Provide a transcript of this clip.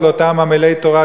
בתורה,